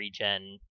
regen